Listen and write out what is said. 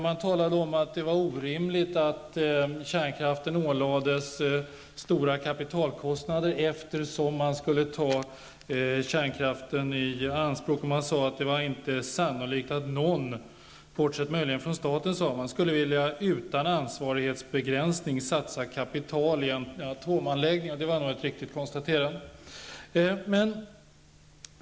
Man talade om att det var orimligt att kärnkraften ålades stora kapitalkostnader, eftersom man skulle ta kärnkraften i anspråk. Man sade att det inte var sannolikt att någon, bortsett möjligen från staten, skulle vilja satsa kapital i en atomanläggning utan ansvarighetsbegränsning. Det var nog ett riktigt konstaterande.